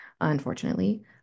unfortunately